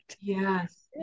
yes